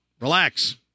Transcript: relax